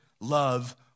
love